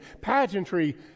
pageantry